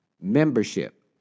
membership